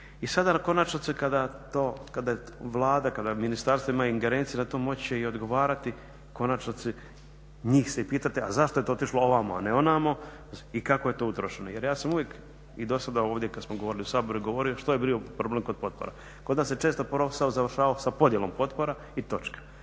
i sada u konačnici kada Vlada, kada ministarstvo ima ingerencije … moći će i odgovarati, u konačnici njih se pitati zašto je to otišlo ovamo, a ne onamo i kako je utrošeno. Jer ja sam uvijek i do sada ovdje kad smo govorili u Saboru što je bio problem kod potpora. Kod nas je često posao završavao sa podjelom potporom i točka.